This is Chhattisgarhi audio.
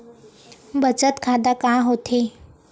बचत खाता का होथे?